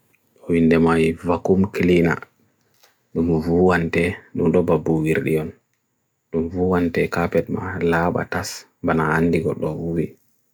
Ko jowii hite wawde vacuum cleaner so bartan mo to waawdi?